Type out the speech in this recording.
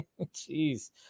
Jeez